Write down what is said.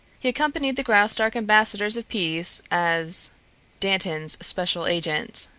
he accompanied the graustark ambassadors of peace as dantan's special agent.